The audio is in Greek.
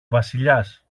βασιλιάς